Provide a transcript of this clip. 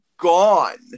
gone